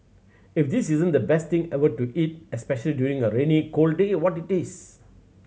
if this isn't the best thing ever to eat especially during a rainy cold day what it is